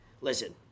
Listen